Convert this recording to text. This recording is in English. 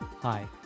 Hi